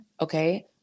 Okay